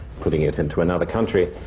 putting it into another country.